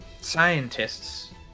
scientists